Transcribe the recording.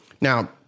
Now